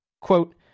Quote